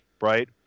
right